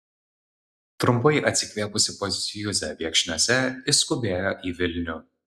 trumpai atsikvėpusi pas juzę viekšniuose išskubėjo į vilnių